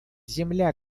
земля